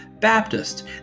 Baptist